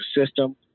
system